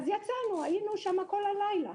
יצאנו לשם שוב והיינו שם כל הלילה.